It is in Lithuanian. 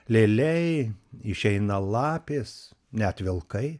lėliai išeina lapės net vilkai